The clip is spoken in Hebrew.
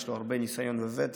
יש לו הרבה ניסיון וותק,